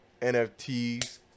NFTs